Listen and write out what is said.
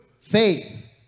faith